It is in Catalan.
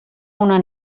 una